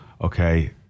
okay